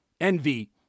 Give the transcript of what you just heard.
envy